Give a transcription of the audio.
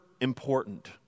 important